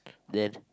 then